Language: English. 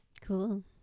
Cool